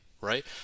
right